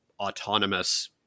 autonomous